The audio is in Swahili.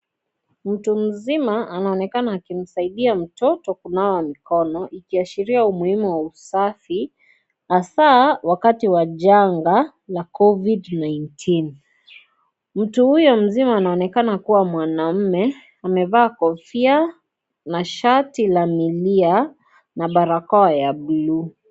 Mtu mzima anaonekana anasaidia mtoto kunawa mkono ikiashiria umuhimu wa usafi hasa wakati wa janga la COVID-19 mtu huyo mzima anaonekana kuwa mwanaume amevaa kofia na shati la milia na barakoa ya bluu.